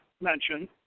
mention